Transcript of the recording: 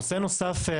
נושא נוסף,